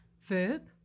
Verb